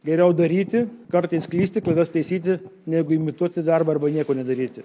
geriau daryti kartais klysti klaidas taisyti negu imituoti darbą arba nieko nedaryti